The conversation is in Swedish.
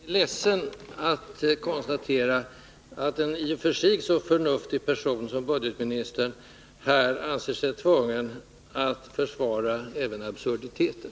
Herr talman! Jag är ledsen att behöva konstatera att en i och för sig så förnuftig person som budgetministern anser sig tvungen att försvara även 95 absurditeter.